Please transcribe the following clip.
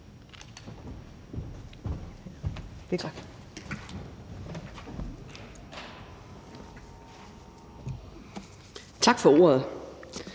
Tak for ordet.